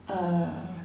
uh